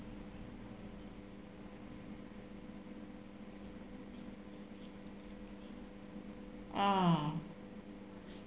ah